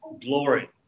glory